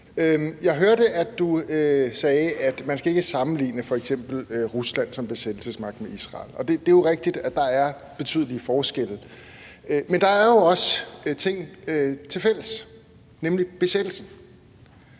Jeg hørte, at du sagde, at man ikke skal sammenligne f.eks. Rusland som besættelsesmagt med Israel. Og det er jo rigtigt, at der er betydelige forskelle. Men der er jo også en ting til fælles, nemlig besættelsen.